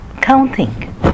counting